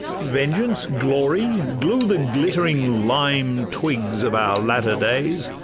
vengeance, glory, glue the glittering lime-twigs of our latter days,